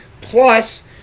plus